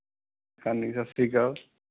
ਹਾਂਜੀ ਸਤਿ ਸ਼੍ਰੀ ਅਕਾਲ